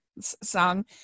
song